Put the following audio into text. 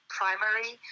primary